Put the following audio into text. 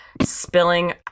spilling